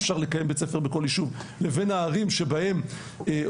אפשר לקיים בית ספר בכל יישוב - לבין הערים שבהן רוב